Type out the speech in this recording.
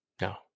no